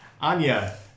Anya